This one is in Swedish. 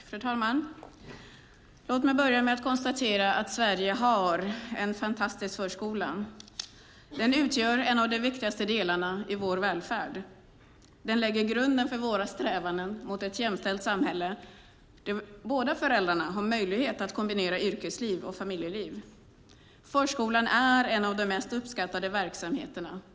Fru talman! Låt mig börja med att konstatera att Sverige har en fantastisk förskola. Den utgör en av de viktigaste delarna i vår välfärd. Den lägger grunden för våra strävanden efter ett jämställt samhälle där båda föräldrarna har möjlighet att kombinera yrkesliv och familjeliv. Förskolan är en av de mest uppskattade verksamheterna.